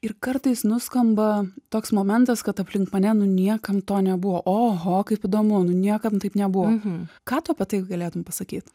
ir kartais nuskamba toks momentas kad aplink mane nu niekam to nebuvo oho kaip įdomu nu niekam taip nebuvo ką tu apie tai galėtum pasakyt